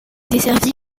desservie